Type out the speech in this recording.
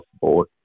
board